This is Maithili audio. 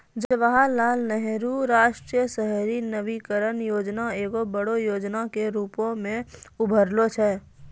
जवाहरलाल नेहरू राष्ट्रीय शहरी नवीकरण योजना एगो बड़ो योजना के रुपो मे उभरलो छै